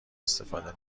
استفاده